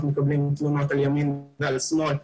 אנחנו מקבלים תלונות על ימין ועל שמאל,